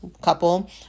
couple